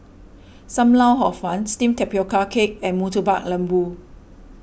Sam Lau Hor Fun Steamed Tapioca Cake and Murtabak Lembu